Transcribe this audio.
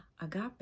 agape